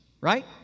right